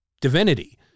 divinity